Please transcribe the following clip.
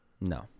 No